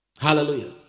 Hallelujah